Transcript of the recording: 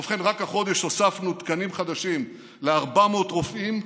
ובכן, רק החודש הוספנו תקנים חדשים ל-400 רופאים,